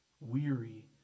weary